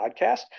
podcast